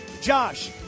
Josh